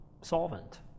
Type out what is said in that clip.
solvent